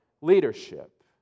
leadership